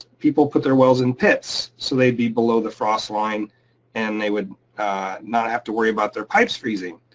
people put their wells in pits, so they'd be below the frost line and they would not have to worry about their pipes freezing.